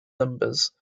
numbers